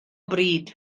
bryd